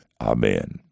Amen